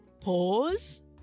Pause